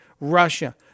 Russia